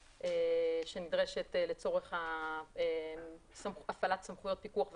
שנדרשת לצורך הפעלת סמכויות פיקוח ואכיפה.